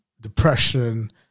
depression